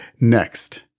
Next